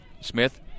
Smith